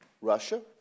Russia